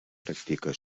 practica